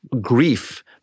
grief